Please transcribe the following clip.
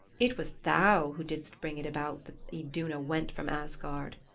it was thou who didst bring it about that iduna went from asgard.